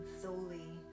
solely